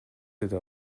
деди